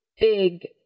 big